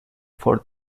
for